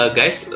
guys